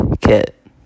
kit